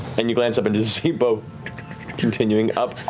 and you glance up and just see beau continue and up,